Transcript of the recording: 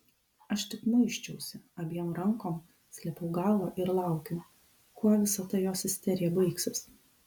aš tik muisčiausi abiem rankom slėpiau galvą ir laukiau kuo visa ta jos isterija baigsis